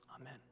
Amen